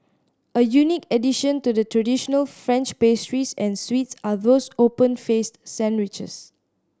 a unique addition to the traditional French pastries and sweets are those open faced sandwiches